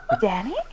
Danny